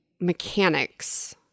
mechanics